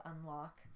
unlock